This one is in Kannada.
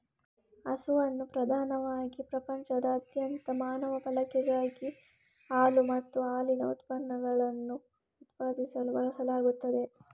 ಹಸುವನ್ನು ಪ್ರಧಾನವಾಗಿ ಪ್ರಪಂಚದಾದ್ಯಂತ ಮಾನವ ಬಳಕೆಗಾಗಿ ಹಾಲು ಮತ್ತು ಹಾಲಿನ ಉತ್ಪನ್ನಗಳನ್ನು ಉತ್ಪಾದಿಸಲು ಬಳಸಲಾಗುತ್ತದೆ